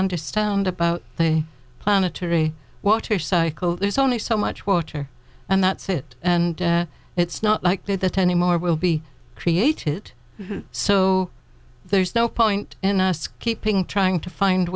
understand about the planetary water cycle there's only so much water and that's it and it's not likely that any more will be created so there's no point in us keeping trying to find